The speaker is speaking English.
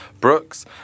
Brooks